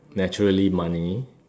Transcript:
naturally money